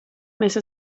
mēs